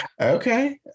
Okay